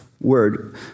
word